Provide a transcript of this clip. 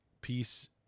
peace